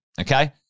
okay